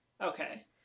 okay